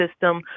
system